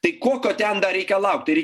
tai kokio ten dar reikia laukt